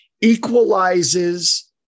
equalizes